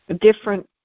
different